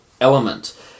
element